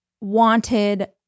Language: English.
wanted